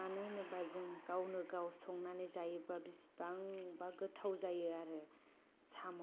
मानो होनोब्ला जों गावनो गाव संनानै जायोब्ला बिसिबांबा गोथाव जायो आरो साम'